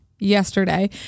Yesterday